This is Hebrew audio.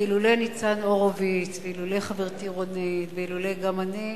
כי אילולא ניצן הורוביץ ואילולא חברתי רונית ואילולא גם אני,